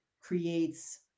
creates